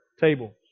tables